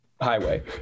highway